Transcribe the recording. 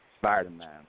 Spider-Man